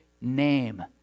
name